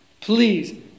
please